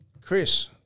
Chris